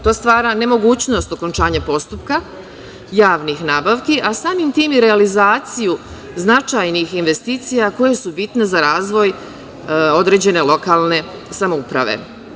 To stvara nemogućnost okončanja postupka javnih nabavki, a samim tim i realizaciju značajnih investicija koje su bitne za razvoj određene lokalne samouprave.